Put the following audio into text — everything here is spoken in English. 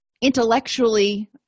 intellectually